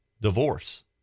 divorce